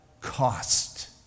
cost